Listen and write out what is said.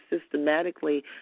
systematically